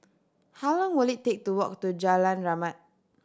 how long will it take to walk to Jalan Rahmat